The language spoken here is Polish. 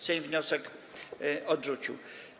Sejm wniosek odrzucił.